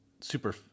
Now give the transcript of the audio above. super